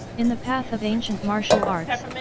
in the path of ancient martial arts,